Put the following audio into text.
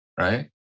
Right